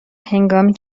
هنگامی